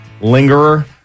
Lingerer